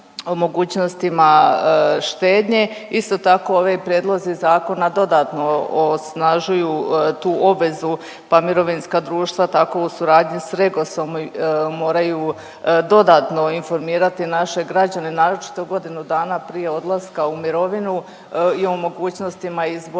o mogućnostima štednje. Isto tako ovi prijedlozi zakona dodatno osnažuju tu obvezu, pa mirovinska društva tako u suradnji sa REGOS-om moraju dodatno informirati naše građane, naročito godinu dana prije odlaska u mirovinu i o mogućnostima izbora